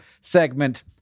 segment